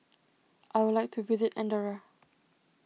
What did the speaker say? I would like to visit Andorra